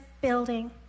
building